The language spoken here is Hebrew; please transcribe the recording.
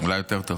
אולי יותר טוב.